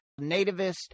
nativist